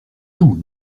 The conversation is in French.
tout